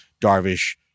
Darvish